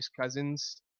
Cousins